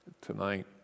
tonight